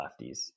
lefties